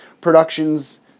Productions